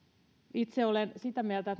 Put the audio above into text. itse olen sitä mieltä